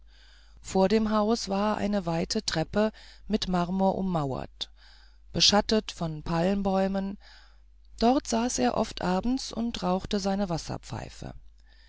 vor dem hause war eine weite terrasse mit marmor ummauert beschattet von palmbäumen dort saß er oft abends und rauchte seine wasserpfeife